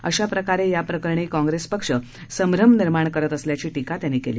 अशा प्रकारे याप्रकरणी काँप्रेस पक्ष संभ्रम निर्माण करत असल्याची टीका त्यांनी केली